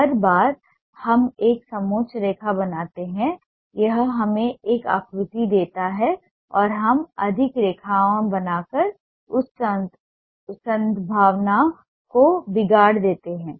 हर बार हम एक समोच्च रेखा बनाते हैं यह हमें एक आकृति देता है और हम अधिक रेखाएँ बनाकर उस संभावना को बिगाड़ देते हैं